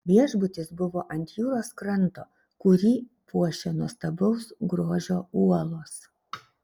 viešbutis buvo ant jūros kranto kurį puošia nuostabaus grožio uolos